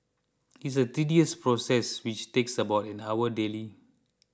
is a tedious process which takes about an hour daily